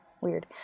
Weird